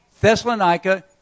Thessalonica